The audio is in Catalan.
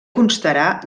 constarà